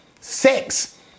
Sex